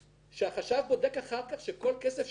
שהחשב בודק אחר כך שכל כסף שנכנס,